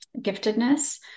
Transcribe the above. giftedness